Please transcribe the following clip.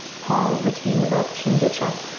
pause, retain the breath. chin to chest.